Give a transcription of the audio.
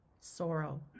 sorrow